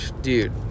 dude